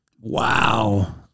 Wow